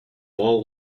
ball